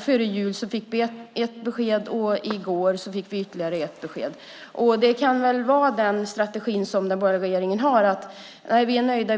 Före jul fick vi ett besked och i går fick vi ytterligare ett besked. Det kan väl vara den borgerliga regeringens strategi att säga att de